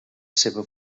seva